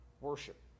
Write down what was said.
worship